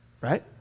right